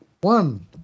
one